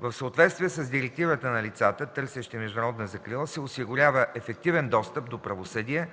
В съответствие с директивата на лицата, търсещи международна закрила, се осигурява ефективен достъп до правосъдие,